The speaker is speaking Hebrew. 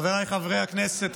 חבריי חברי הכנסת,